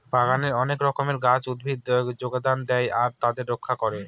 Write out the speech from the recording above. বাগানে অনেক রকমের গাছ, উদ্ভিদ যোগান দেয় আর তাদের রক্ষা করে